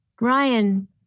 Ryan